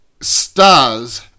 stars